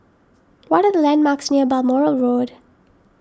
what are the landmarks near Balmoral Road